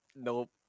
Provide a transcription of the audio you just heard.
Nope